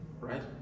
right